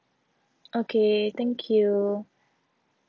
okay thank you